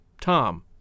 Tom